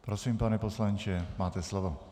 Prosím, pane poslanče, máte slovo.